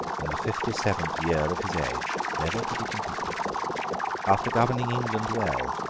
in the fifty-seventh year of his age never to be completed after governing england well,